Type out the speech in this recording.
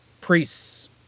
priests